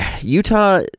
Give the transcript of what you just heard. Utah